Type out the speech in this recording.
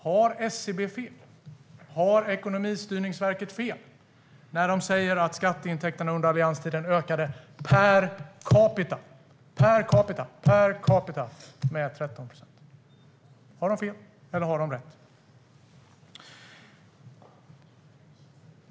Har SCB och Ekonomistyrningsverket fel när de säger att skatteintäkterna per capita ökade med 13 procent under allianstiden? Har de fel eller rätt?